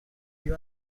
you